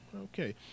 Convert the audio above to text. Okay